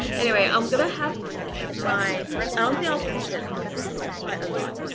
anyway, i'm gonna have my i don't think i'll finish this because this is quite a lot.